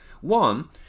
One